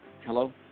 Hello